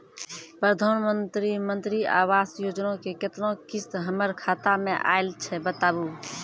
प्रधानमंत्री मंत्री आवास योजना के केतना किस्त हमर खाता मे आयल छै बताबू?